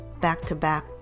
back-to-back